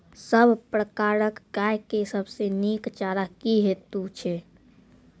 सब प्रकारक गाय के सबसे नीक चारा की हेतु छै?